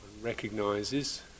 recognizes